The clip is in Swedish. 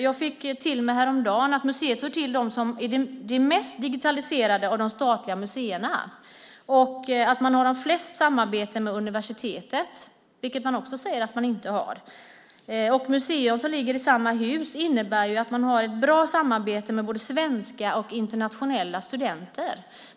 Jag fick häromdagen reda på att museet är ett av de mest digitaliserade museerna bland de statliga museerna och att man har mest samarbete med universitetet, vilket också sägs att man inte har. Musea som ligger i samma hus innebär att man har ett bra samarbete med både svenska och internationella studenter.